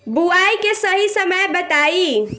बुआई के सही समय बताई?